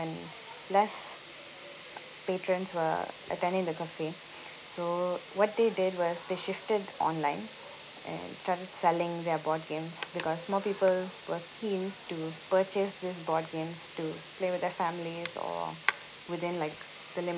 less patrons were attending the cafe so what they did was they shifted online and started selling their board games because more people were keen to purchase these board games to play with their families or within like the